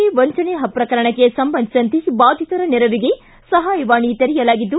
A ವಂಚನೆ ಪ್ರಕರಣಕ್ಕೆ ಸಂಬಂಧಿಸಿದಂತೆ ಬಾಧಿತರ ನೆರವಿಗೆ ಸಹಾಯವಾಣಿ ತೆರೆಯಲಾಗಿದ್ದು